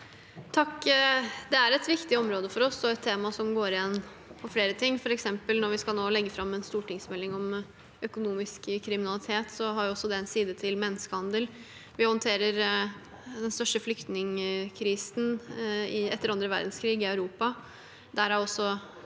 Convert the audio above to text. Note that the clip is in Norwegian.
Det er et viktig område for oss og et tema som går igjen på flere områder. Når vi nå skal legge fram en stortingsmelding om økonomisk kriminalitet, har f.eks. det også en side til menneskehandel. Vi håndterer den største flyktningkrisen etter annen verdenskrig i Europa.